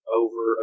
over